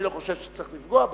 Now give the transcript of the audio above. אני לא חושב שצריך לפגוע בה,